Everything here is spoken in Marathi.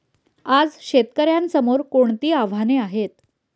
आज शेतकऱ्यांसमोर कोणती आव्हाने आहेत?